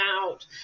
out